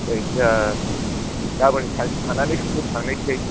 जायखिजाया गाबोन सानसे थानानै समफोर थांनोसै